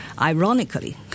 Ironically